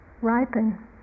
ripen